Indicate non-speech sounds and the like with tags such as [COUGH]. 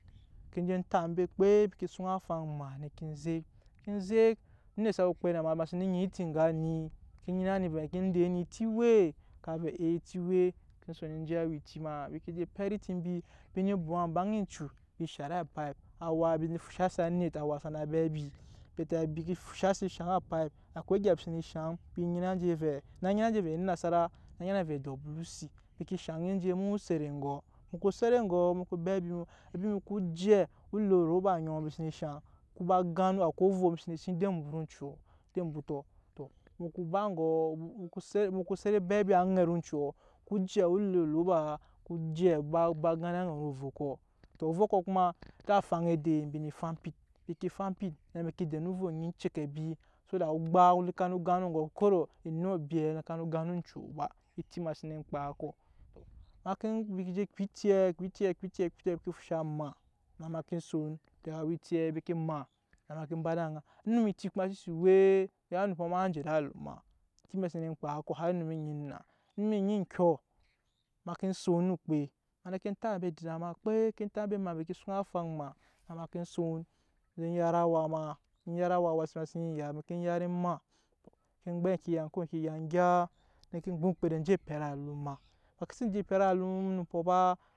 Ke je tap embe okpe ke suŋ afaŋ maa neke zek ke zek onet sa we okpɛi ma sene nyina eti eŋga ni ke nyina ni vɛɛ ke de ni eti we? Ka vɛ ee eti we ke son eje awa eti ma mbi ke je pɛt eti mbi, embi nee but aŋmbaŋ oncu mbi neen shari á pipe awa mbi neen fushase anet awa sana be abi bete mbi ke fushasi shaŋ á pipe. akwai embi sene shaŋ [HESITATION] á naa nyi enje ne enasara á nyina vɛɛ wuc embi ke shaŋ enje mu ko set eŋgɔ, mu ko set eŋgɔ mu ko beŋ abi mu ko jɛ ku le oloba oŋɔ embi sene shaŋ ku ba gan akwai ovwo mbi sene sim ed'embut oncu ed'embutɔ tɔmu ko ba egɔ mu ko set o beŋ abi aŋɛt oncuɔ ku jɛ o le olobaa ku jɛ ba ba gan aŋɛt ovwo kɔ tɔ ovwo kɔ kuma ed'afaŋ edei mbi nee fampi embi ke fampi na mbi je dema onyi ecɔkɔbiso that obak no ko gan eŋgɔ liga eŋɔ kada enuk abi noko gan oncu ba ema ken embi ke je kpa etiɛ [HESITATION] bete mbi fusha ma na ma ke son awa eti embi ke maa na ma ka ba ed'aŋa onum eti kuma so si we tɔ mu ya onumpo' ma je de alum eti ma sen je kpa kɔ har enum onyi enna onum onyi ekyɔ ma ke son ma ne ke tap ambe adida ma okpe ke tap mbe maa embi ke suŋ afaŋ maa na ma ke son je yat awa ma enyat ma sen ya ma ke yat emaa eŋke gbɛp eŋke egya en gya ne ke gba oŋmkpede eje epɛt alum ma ma ke si je epɛt alum onumpɔ ba.